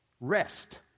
rest